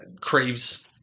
craves